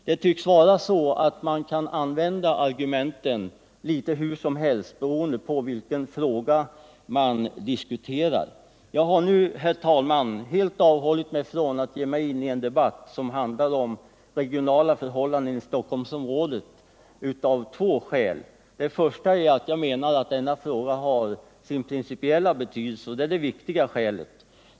Det tycks vara så att man kan använda argumenten litet hur som helst beroende på vilken fråga man diskuterar. Jag har här avhållit mig från att ge mig in i en debatt som handlar om regionala förhållanden inom Stockholmsområdet, och jag har gjort det av två skäl. Det första och viktigaste skälet är att jag anser att denna fråga har principiell betydelse.